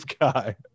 guy